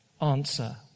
Answer